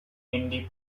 indie